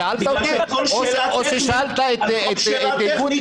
שאלת אותי או ששאלת את --- בדקת?